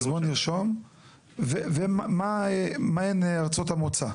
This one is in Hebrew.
וזמן הייצור בלשכה עצמו?